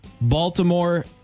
Baltimore